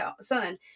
son